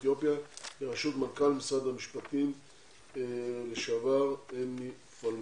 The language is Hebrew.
מנכ"לית משרד המשפטים לשעבר אמי פלמור.